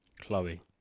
Chloe